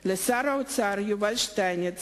לשר האוצר יובל שטייניץ